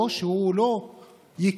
או שהוא לא יקבל